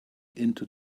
into